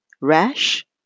Rash